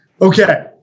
Okay